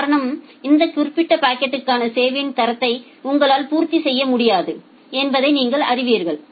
காரணம் இந்த குறிப்பிட்ட பாக்கெட்க்கான சேவையின் தரத்தை உங்களால் பூர்த்தி செய்ய முடியாது என்பதை நீங்கள் அறிவீர்கள்